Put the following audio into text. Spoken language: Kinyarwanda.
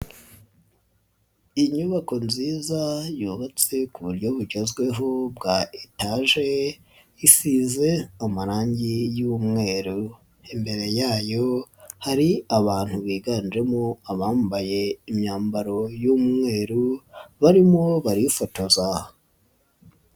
Inyubako nziza yubatswe ku buryo bugezweho bwa etaje isize amarange y'umweru, imbere yayo hari abantu biganjemo abambaye imyambaro y'umweru barimo barifotoza.